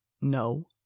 No